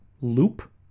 loop